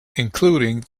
including